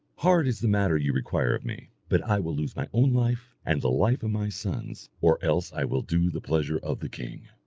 hard is the matter you require of me, but i will lose my own life, and the life of my sons, or else i will do the pleasure of the king.